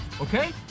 okay